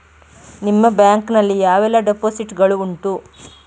ನಿಮ್ಮ ಬ್ಯಾಂಕ್ ನಲ್ಲಿ ಯಾವೆಲ್ಲ ಡೆಪೋಸಿಟ್ ಗಳು ಉಂಟು?